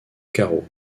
carreau